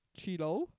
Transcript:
Cheeto